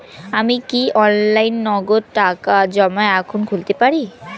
আমি কি অনলাইনে নগদ টাকা জমা এখন খুলতে পারি?